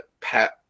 Pat